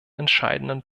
entscheidenden